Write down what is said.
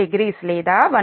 140 లేదా 1